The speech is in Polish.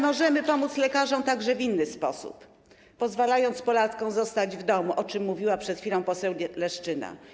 Możemy pomóc lekarzom także w inny sposób, pozwalając Polakom zostać w domu, o czym mówiła przed chwilą poseł Leszczyna.